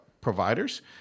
providers